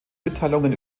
mitteilungen